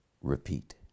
repeat